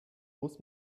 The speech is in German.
muss